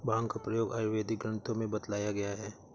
भाँग का प्रयोग आयुर्वेदिक ग्रन्थों में बतलाया गया है